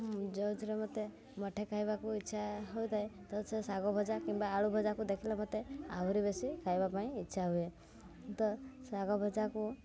ଯେଉଁଥିରେ ମୋତେ ମୁଠାଏ ଖାଇବାକୁ ଇଚ୍ଛା ହଉଥାଏ ତ ସେ ଶାଗ ଭଜା କିମ୍ବା ଆଳୁ ଭଜାକୁ ଦେଖିଲେ ମୋତେ ଆହୁରି ବେଶୀ ଖାଇବା ପାଇଁ ଇଚ୍ଛା ହୁଏ ତ ଶାଗ ଭଜାକୁ